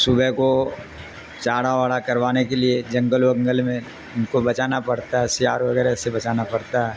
صوبح کو چارہ واڑا کروانے کے لیے جنگل ونگل میں ان کو بچانا پڑتا ہے سیار وغیرہ سے بچانا پڑتا ہے